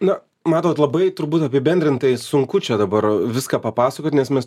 na matot labai turbūt apibendrintai sunku čia dabar viską papasakot nes mes